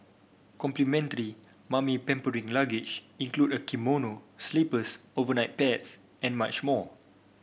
complimentary mummy pampering luggage including a kimono slippers overnight pads and much more